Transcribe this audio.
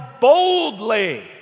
boldly